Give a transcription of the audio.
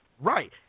Right